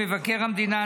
מבקר המדינה,